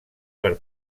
per